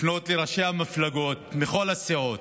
לפנות לראשי המפלגות מכל הסיעות,